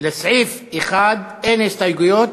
לסעיף 1, אין הסתייגויות.